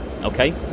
okay